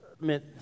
meant